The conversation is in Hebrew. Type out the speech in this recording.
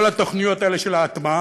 כל התוכניות האלה של ההטמעה.